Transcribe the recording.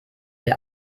ihr